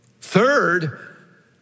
Third